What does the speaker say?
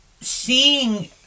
seeing